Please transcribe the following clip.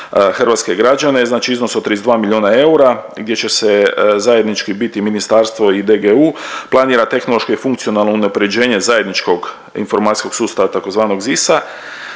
hrvatske građane. Znači iznos od 32 milijuna eura gdje će zajednički biti ministarstvo i DGU, planira tehnološko i funkcionalno unapređenje zajedničkog informacijskog sustava tzv. ZIS-a,